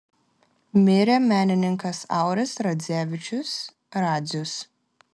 mirė menininkas auris radzevičius radzius